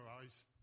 eyes